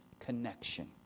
connection